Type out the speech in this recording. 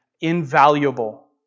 invaluable